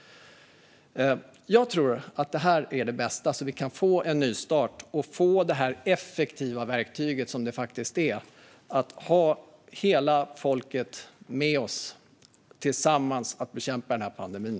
Jag tror att det vore det bästa, så att vi kan få en nystart och få det effektiva verktyg som det faktiskt är att ha hela folket med oss. Då kan vi tillsammans bekämpa pandemin.